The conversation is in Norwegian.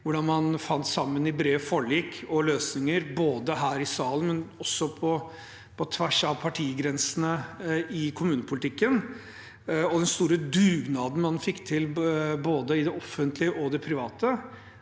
hvordan man fant sammen i brede forlik og løsninger både her i salen og på tvers av partigrensene i kommunepolitikken, og den store dugnaden man fikk til både i det offentlige og i det private,